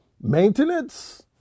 maintenance